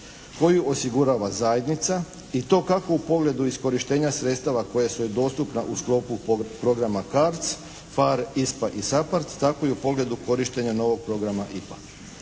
koju osigurava zajednica i to kako u pogledu iskorištenja sredstava koja su joj dostupna u sklopu programa CARDS, PHARE, ISPA i SAPHARD tako i u pogledu korištenja novog programa IPA.